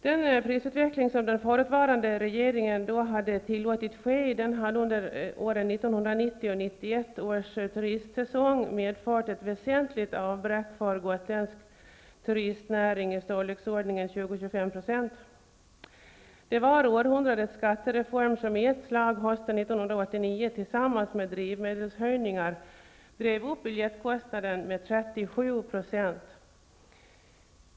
Den prisutveckling som den förutvarande regeringen hade tillåtit ske hade under 1990 och 1991 års turistsäsong medfört ett väsentligt avbräck för gotländsk turistnäring med 20--25 %. Det var århundradets skattereform som i ett slag hösten 1989 tillsammans med drivmedelsprishöjningar drev upp biljettkostnaden med 37 %.